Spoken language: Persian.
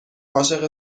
عاشق